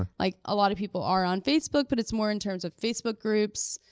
ah like, a lot of people are on facebook, but it's more in terms of facebook groups.